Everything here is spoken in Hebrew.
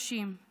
על פי החשד,